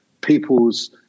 people's